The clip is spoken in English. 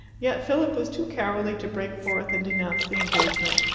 yet philip was too cowardly to break forth and denounce the engagement.